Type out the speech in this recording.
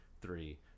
three